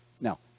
Now